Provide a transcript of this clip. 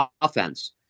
offense